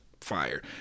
fire